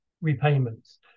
repayments